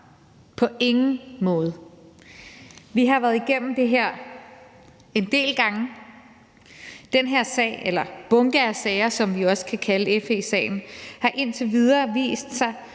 på ingen måde. Vi har været igennem det her en del gange. Den her sag – eller den her bunke af sager, som man også kunne kalde FE-sagen – har indtil videre vist sig